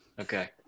Okay